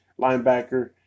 linebacker